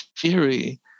theory